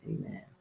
amen